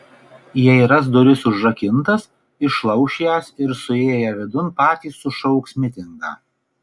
jei ras duris užrakintas išlauš jas ir suėję vidun patys sušauks mitingą